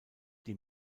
die